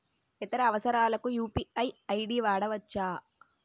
ఇతర అవసరాలకు UPI ID వాడవచ్చా?